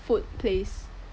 food place